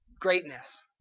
greatness